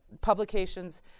publications